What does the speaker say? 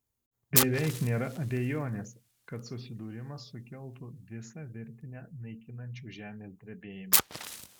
beveik nėra abejonės kad susidūrimas sukeltų visą virtinę naikinančių žemės drebėjimų